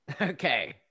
Okay